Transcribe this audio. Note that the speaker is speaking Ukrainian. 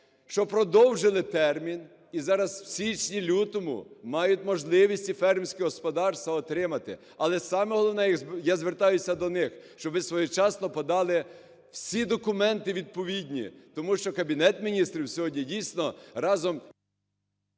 що продовжили термін, і зараз в січні-лютому мають можливість і фермерські господарства отримати. Але саме головне, я звертаюся до них, щоб ви своєчасно подали всі документи відповідні, тому що Кабінет Міністрів сьогодні дійсно разом…